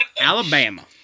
Alabama